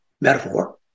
metaphor